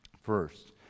first